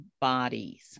bodies